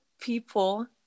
people